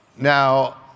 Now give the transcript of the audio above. Now